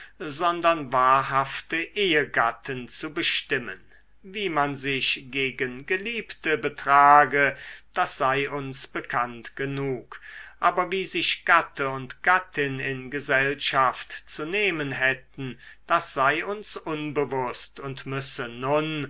sondern wahrhafte ehegatten zu bestimmen wie man sich gegen geliebte betrage das sei uns bekannt genug aber wie sich gatte und gattin in gesellschaft zu nehmen hätten das sei uns unbewußt und müsse nun